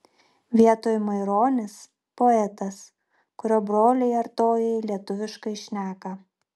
vietoj maironis poetas kurio broliai artojai lietuviškai šneka